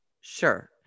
Sure